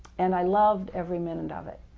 and i loved every minute of it.